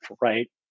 right